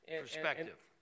perspective